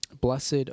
Blessed